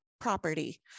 property